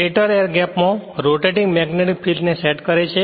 stator air gap માં rotating magnetic field ને set કરે છે